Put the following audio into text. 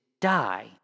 die